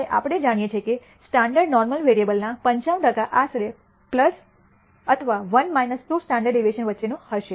હવે આપણે જાણીએ છીએ કે સ્ટાન્ડર્ડ નોર્મલ વેરીઅબલ્જ઼ ના 95 ટકા આશરે અથવા 1 2 સ્ટાન્ડર્ડ ડેવિએશન વચ્ચેનો હશે